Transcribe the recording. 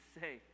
say